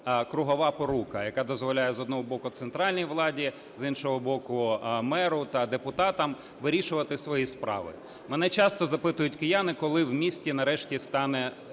кругова порука, яка дозволяє з одного боку - центральній владі, з іншого боку - меру та депутатам вирішувати свої справи. Мене часто запитують кияни, коли в місті нарешті стане